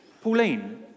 Pauline